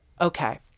Okay